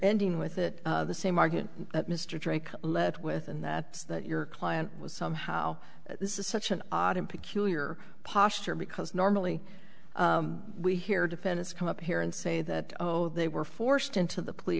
ending with that the same argument that mr drake let within that that your client was somehow this is such an odd and peculiar posture because normally we hear defendants come up here and say that oh they were forced into the pl